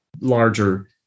larger